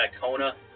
Kona